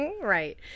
Right